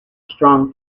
strong